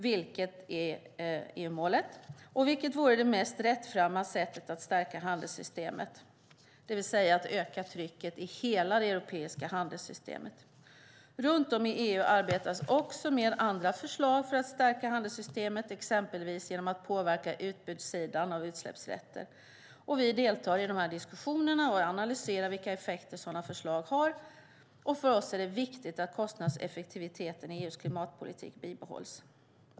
Det är EU-målet och vore det mest rättframma sättet att stärka handelssystemet, det vill säga att öka trycket i hela det europeiska handelssystemet. Runt om i EU arbetas också med andra förslag för att stärka handelssystemet, exempelvis genom att påverka utbudssidan av utsläppsrätter. Vi deltar i dessa diskussioner och analyserar vilka effekter sådana förslag har. För oss är det viktigt att kostnadseffektiviteten i EU:s klimatpolitik bibehålls.